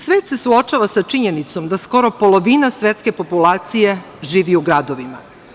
Svet se suočava sa činjenicom da skoro polovina svetske populacije živi u gradovima.